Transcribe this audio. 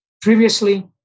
Previously